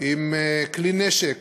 עם כלי נשק